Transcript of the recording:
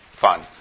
fun